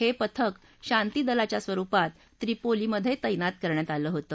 हविंथक शांती दलाच्या स्वरुपात त्रिपोलीमध्या तैनात करण्यात आलं होतं